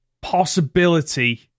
possibility